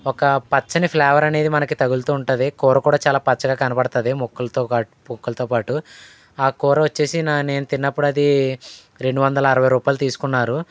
ఒక పచ్చని ఫ్లేవర్ అనేది మనకి తగులుతూ ఉంటుంది కూర కూడా చాలా పచ్చగా కనపడుతుంది ముక్కలతో పొక్కులతో పాటు ఆ కూర వచ్చేసి నా నేను తిన్నప్పుడు అదీ రెండు వందల అరవై రూపాయలు తీసుకున్నారు